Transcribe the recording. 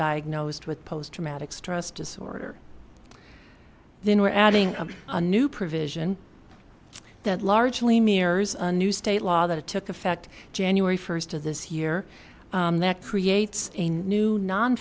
diagnosed with post traumatic stress disorder then or adding a new provision that largely mirrors a new state law that took effect january first of this year that creates a new non